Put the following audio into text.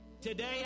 Today